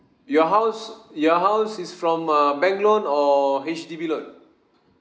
your house your house is from uh bank loan or H_D_B loan